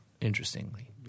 Interestingly